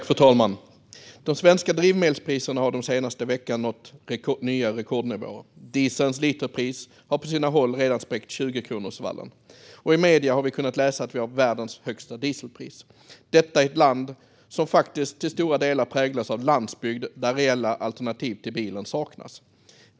Fru talman! De svenska drivmedelspriserna har den senaste veckan nått nya rekordnivåer. Dieselns literpris har på sina håll redan sprängt 20kronorsvallen, och i medier har vi kunnat läsa att vi har världens högsta dieselpris. Detta sker i ett land som faktiskt till stora delar präglas av landsbygd där reella alternativ till bilen saknas.